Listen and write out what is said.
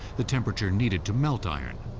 the temperature needed to melt iron.